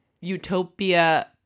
utopia